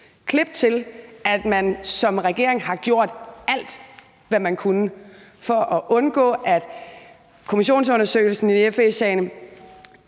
over til, at man som regering har gjort alt, hvad man kunne, for at undgå, at kommissionsundersøgelsen i FE-sagen